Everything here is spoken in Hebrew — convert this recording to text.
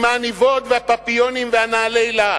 עם העניבות והפפיונים והנעלי לק,